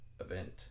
event